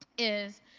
is,